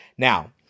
Now